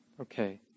Okay